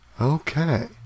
Okay